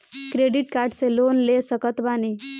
Credit card से loan ले सकत बानी?